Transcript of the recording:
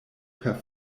per